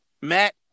Matt